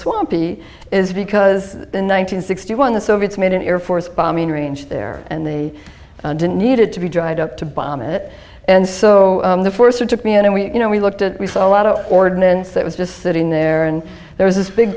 swampy is because in one thousand sixty one the soviets made an air force bombing range there and they didn't need it to be dried up to bomb it and so the force it took me and we you know we looked at we saw a lot of ordinance that was just sitting there and there was this big